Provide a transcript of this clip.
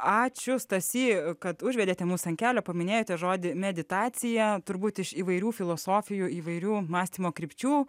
ačiū stasy kad užvedėte mus ant kelio paminėjote žodį meditacija turbūt iš įvairių filosofijų įvairių mąstymo krypčių